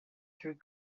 through